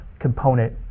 component